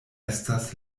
estas